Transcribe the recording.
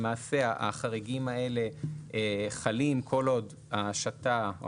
למעשה החריגים האלה חלים כל עוד ההשטה או